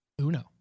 Uno